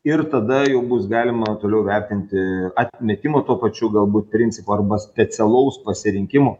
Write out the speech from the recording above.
ir tada jau bus galima toliau vertinti atmetimo tuo pačiu galbūt principu arba specialaus pasirinkimo